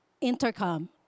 Intercom